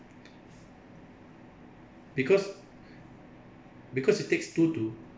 because because it takes two to